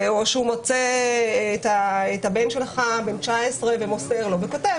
או שהוא מוצא את הבן שלך בן ה-19 ומוסר לו וכותב